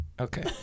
okay